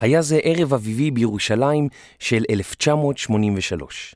היה זה ערב אביבי בירושלים של 1983.